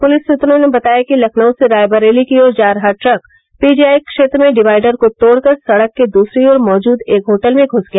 police सूत्रों ने बताया कि लखनऊ से रायबरेली की ओर जा रहा ट्रक पीजीआई क्षेत्र में डिवाइडर को तोड़कर सड़क के दूसरी ओर मौजूद एक होटल में घ्स गया